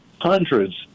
hundreds